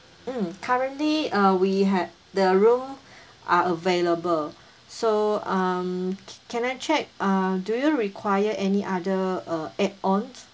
mm currently uh we had the room are available so um ca~ can I check uh do you require any other uh add-ons